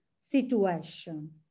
situation